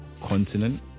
continent